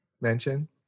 mention